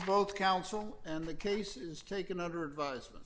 both counsel and the case is taking under advisement